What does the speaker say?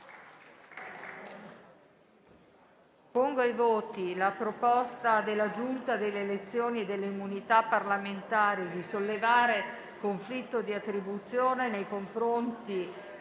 simultaneo della proposta della Giunta delle elezioni e delle immunità parlamentari di sollevare conflitto di attribuzione nei confronti